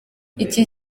iki